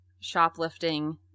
shoplifting